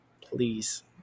Please